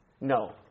No